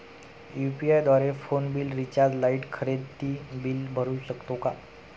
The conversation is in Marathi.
यु.पी.आय द्वारे फोन बिल, रिचार्ज, लाइट, खरेदी बिल भरू शकतो का?